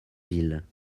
ville